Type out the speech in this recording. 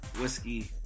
Whiskey